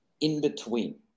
in-between